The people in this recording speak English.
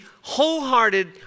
wholehearted